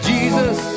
Jesus